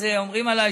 אז אומרים עליי,